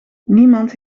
niemand